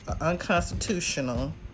unconstitutional